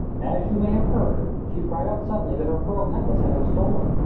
as you may have heard, she cried out suddenly that her pearl necklace had been stolen.